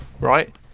Right